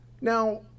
Now